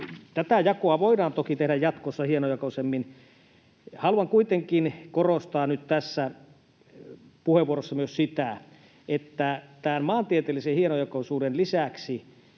Tätä jakoa voidaan toki tehdä jatkossa hienojakoisemmin. Haluan kuitenkin korostaa nyt tässä puheenvuorossa myös sitä, että tämän maantieteellisen hienojakoisuuden lisäksi